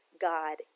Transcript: God